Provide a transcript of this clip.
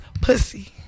pussy